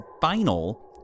final